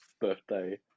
birthday